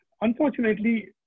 unfortunately